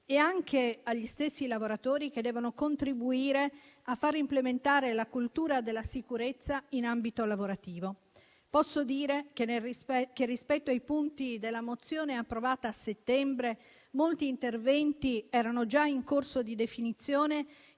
e anche agli stessi lavoratori che devono contribuire a far implementare la cultura della sicurezza in ambito lavorativo. Posso dire che, rispetto ai punti della mozione approvata a settembre, molti interventi erano già in corso di definizione